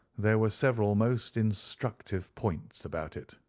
there were several most instructive points about it.